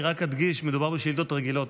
אני רק אדגיש, מדובר בשאילתות רגילות.